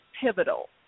pivotal